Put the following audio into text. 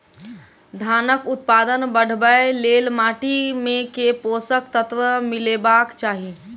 धानक उत्पादन बढ़ाबै लेल माटि मे केँ पोसक तत्व मिलेबाक चाहि?